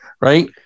right